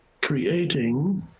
creating